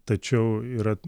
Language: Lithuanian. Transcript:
tačiau yra